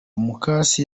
mukase